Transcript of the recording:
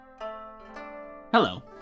Hello